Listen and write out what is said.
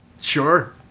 Sure